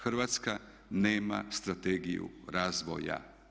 Hrvatska nema strategiju razvoja.